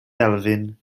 elfyn